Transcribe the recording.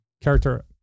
character